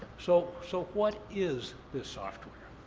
so so what is this software?